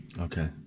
Okay